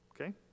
Okay